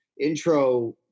intro